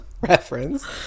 reference